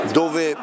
dove